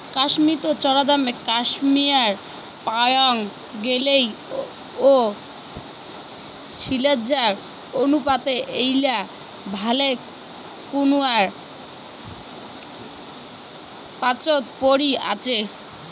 কাশ্মীরত চরাদামে ক্যাশমেয়ার পাওয়াং গেইলেও সিজ্জার অনুপাতে ঐলা ভালেকুনায় পাচোত পরি আচে